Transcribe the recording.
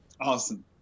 Awesome